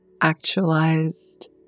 actualized